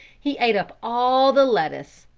he ate up all the lettuce,